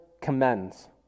commends